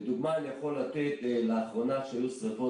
לדוגמה אני יכול לתת לאחרונה כשהיו שריפות